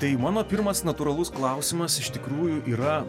tai mano pirmas natūralus klausimas iš tikrųjų yra